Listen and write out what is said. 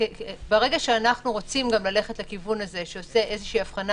ברגע שאנחנו רוצים ללכת לכיוון שעושה הבחנה